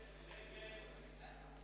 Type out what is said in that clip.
לא נתקבלה.